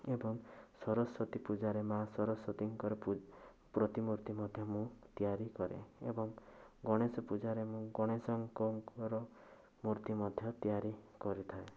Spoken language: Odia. ଏବଂ ସରସ୍ୱତୀ ପୂଜାରେ ମା' ସରସ୍ୱତୀଙ୍କର ପ୍ରତିମୂର୍ତ୍ତି ମଧ୍ୟ ମୁଁ ତିଆରି କରେ ଏବଂ ଗଣେଶ ପୂଜାରେ ମୁଁ ଗଣେଶ ଙ୍କର ମୂର୍ତ୍ତି ମଧ୍ୟ ତିଆରି କରିଥାଏ